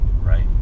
Right